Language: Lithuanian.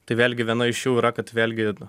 tai vėlgi viena iš jų yra kad vėlgi